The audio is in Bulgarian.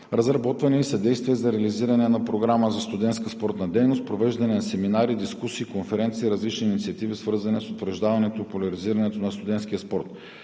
разработване и съдействие за реализиране на Програма за студентска спортна дейност; провеждане на семинари, дискусии, конференции; различни инициативи, свързани с утвърждаването и популяризирането на студентския спорт.